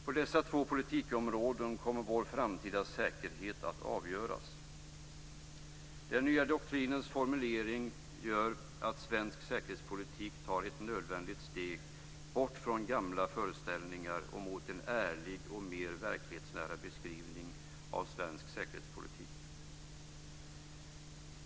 På dessa två politikområden kommer vår framtida säkerhet att avgöras. Den nya doktrinens formulering gör att svensk säkerhetspolitik tar ett nödvändigt steg bort från gamla föreställningar och mot en ärlig och mer verklighetsnära beskrivning av svensk säkerhetspolitik.